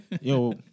Yo